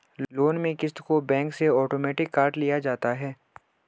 loan में क़िस्त को बैंक से आटोमेटिक काट लिया जाता है